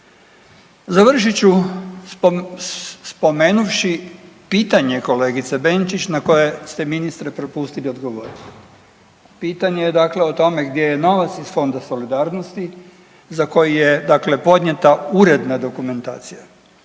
Završit ću spomenuvši pitanje kolegice Benčić na koje ste ministre propustili odgovorit. Pitanje je dakle o tome gdje je novac iz Fonda solidarnosti za koji je dakle podnijeta uredna dokumentacija?